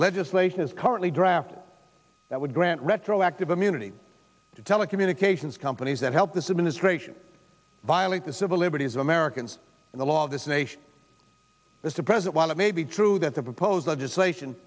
legislation is currently drafted that would grant retroactive immunity to telecommunications companies that help this administration violate the civil liberties of americans and the law of this nation is to present while it may be true that the proposed legislation